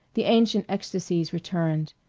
the ancient ecstasies returned,